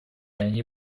они